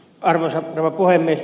arvoisa rouva puhemies